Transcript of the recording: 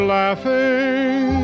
laughing